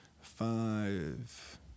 Five